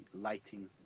lighting